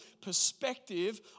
perspective